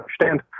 understand